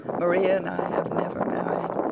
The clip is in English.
maria and i have never married,